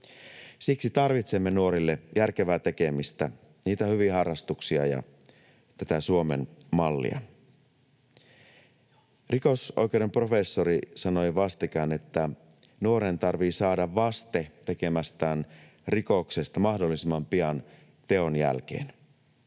Siksi tarvitsemme nuorille järkevää tekemistä, niitä hyviä harrastuksia ja tätä Suomen mallia. Rikosoikeuden professori sanoi vastikään, että nuoren tarvitsee saada vaste tekemästään rikoksesta mahdollisimman pian teon jälkeen.